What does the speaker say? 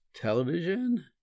Television